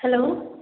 hello